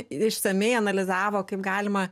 išsamiai analizavo kaip galima